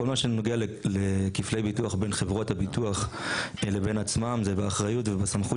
בכל מה שנוגע לכפלי ביטוח בין חברות הביטוח לבין עצמן זה באחריות ובסמכות